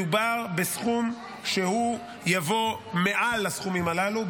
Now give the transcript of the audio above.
מדובר בסכום שיבוא מעל הסכומים הללו,